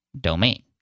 domain